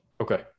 Okay